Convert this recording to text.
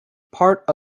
part